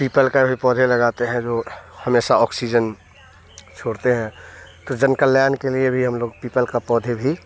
people का भी पौधे लगाते हैं जो हमेशा ऑक्सीजन छोड़ते हैं तो जन कल्याण के लिए भी हम लोग पीपल का पौधे भी